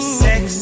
sex